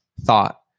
thought